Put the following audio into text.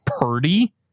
Purdy